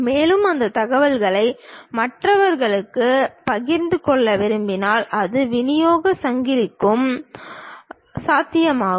மேலும் அந்தத் தகவலை மற்றவர்களுடன் பகிர்ந்து கொள்ள விரும்பினால் அது விநியோகச் சங்கிலிக்கும் சாத்தியமாகும்